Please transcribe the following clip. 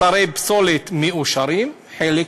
אתרי פסולת מאושרים, חלק,